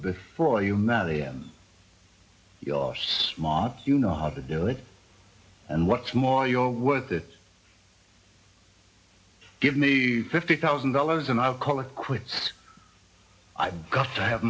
before you marry him your smart you know how to do it and what's more your worth to give me fifty thousand dollars and i call it quits i've got to have